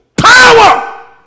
power